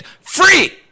free